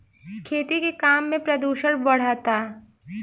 खेती के काम में प्रदूषण बढ़ता